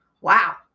wow